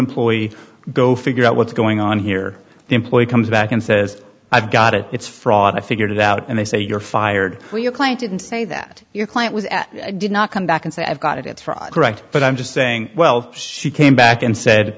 employee go figure out what's going on here the employee comes back and says i've got it it's fraud i figured it out and they say you're fired or your client didn't say that your client was did not come back and say i've got it for correct but i'm just saying well she came back and said